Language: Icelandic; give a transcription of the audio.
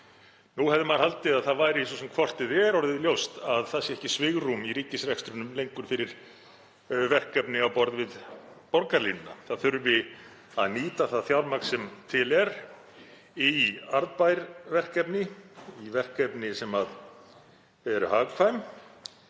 Nú hefði maður haldið að það væri svo sem hvort eð er orðið ljóst að ekki er lengur svigrúm í ríkisrekstrinum fyrir verkefni á borð við borgarlínu, það þurfi að nýta það fjármagn sem til er í arðbær verkefni, í verkefni sem eru hagkvæm